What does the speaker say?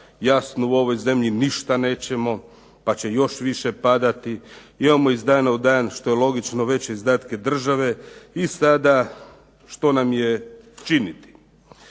Jasno u ovoj zemlji ništa nećemo, pa će još više padati. Imamo iz dana u dan što je logično veće izdatke države i sada što nam je činiti.